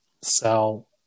sell